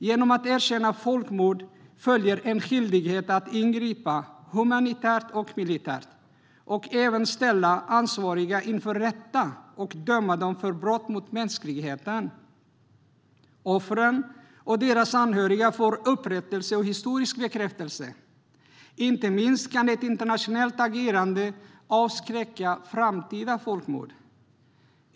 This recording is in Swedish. Genom att erkänna folkmord följer en skyldighet att ingripa humanitärt och militärt och även ställa ansvariga inför rätta och döma dem för brott mot mänskligheten. Offren och deras anhöriga får då upprättelse och historisk bekräftelse. Inte minst kan ett internationellt agerande avskräcka framtida folkmord.